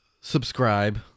subscribe